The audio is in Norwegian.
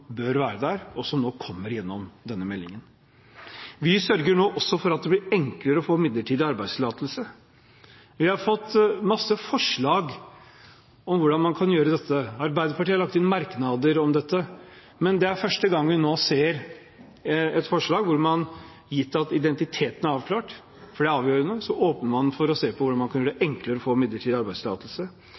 bør være der, og som nå kommer gjennom denne meldingen. Vi sørger nå også for at det blir enklere å få midlertidig arbeidstillatelse. Vi har fått mange forslag til hvordan man kan gjøre dette. Arbeiderpartiet har lagt inn merknader om det. Men det er første gang vi nå ser et forslag hvor man – gitt at identiteten er avklart, for det er avgjørende – åpner for å se på hvordan man kan gjøre det enklere å få midlertidig arbeidstillatelse.